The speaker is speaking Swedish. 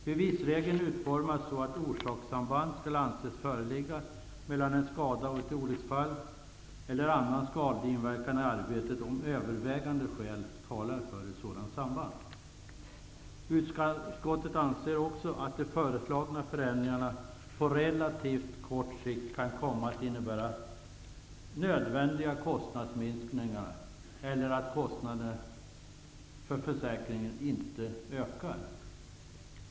Bevisregeln utformas så att orsakssamband skall anses föreligga mellan en skada och ett olycksfall eller annan skadlig inverkan i arbetet om övervägande skäl talar för ett sådant samband. Utskottet anser att de föreslagna förändringarna på relativt kort sikt kan komma att innebära nödvändiga kostnadsminskningar eller att kostnaderna för försäkringen inte ökar.